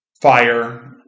fire